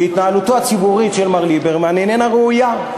שהתנהלותו הציבורית של מר ליברמן איננה ראויה.